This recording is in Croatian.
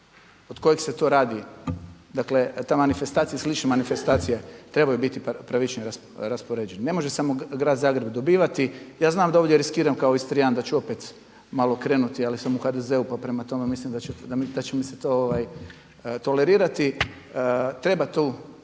od kojeg se to radi, ta manifestacija i slične manifestacije trebaju biti pravičnije raspoređene. Ne može samo grad Zagreb dobivati. Ja znam da ovdje riskiram kao Istrijan da ću opet malo krenuti, ali sam u HDZ-u pa prema tome mislim da će mi se to tolerirati. Treba tu